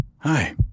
Hi